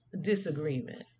Disagreement